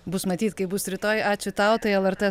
bus matyt kaip bus rytoj ačiū tau tai lrt